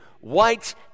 White